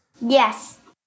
Yes